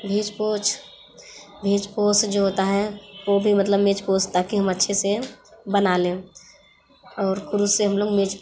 भेज पोस भेज पोस जो होता है वो भी मतलब मैच पोस ताकि हम अच्छे से बना ले और कुरुस से हम लोग मैच